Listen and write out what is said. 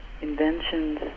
inventions